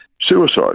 suicide